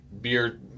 beer